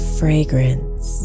fragrance